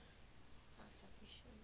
ya lor